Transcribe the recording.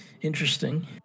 Interesting